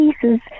pieces